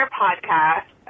podcast